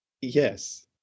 Yes